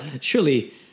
surely